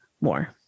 more